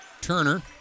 Turner